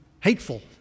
hateful